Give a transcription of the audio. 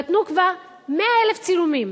נתנו כבר 100,000 צילומים